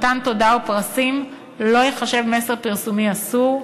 מתן תודה או פרסים לא ייחשבו מסר פרסומי אסור,